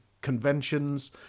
conventions